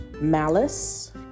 malice